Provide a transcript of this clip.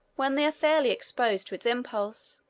when they are fairly exposed to its impulse,